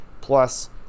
plus